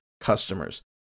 customers